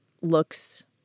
looks